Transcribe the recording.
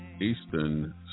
Eastern